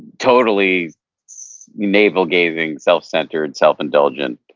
totally navel gazing, self centered, self indulgent.